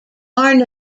are